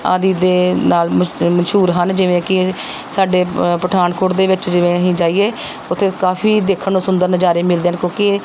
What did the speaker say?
ਆਦਿ ਦੇ ਨਾਲ ਮ ਮਸ਼ਹੂਰ ਹਨ ਜਿਵੇਂ ਕਿ ਸਾਡੇ ਪਠਾਨਕੋਟ ਦੇ ਵਿੱਚ ਜਿਵੇਂ ਅਸੀਂ ਜਾਈਏ ਉੱਥੇ ਕਾਫ਼ੀ ਦੇਖਣ ਨੂੰ ਸੁੰਦਰ ਨਜ਼ਾਰੇ ਮਿਲਦੇ ਹਨ ਕਿਉਂਕਿ